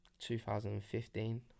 2015